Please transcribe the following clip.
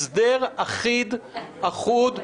הסדר אחיד, אחוד.